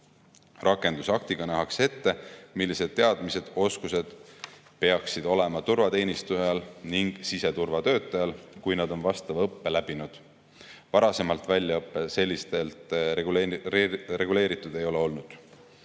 Rakendusaktiga nähakse ette, millised teadmised ja oskused peaksid olema turvateenistujal ning siseturvatöötajal, kui nad on vastava õppe läbinud. Varasemalt väljaõpe selliselt reguleeritud ei ole olnud. Lisaks